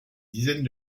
dizaine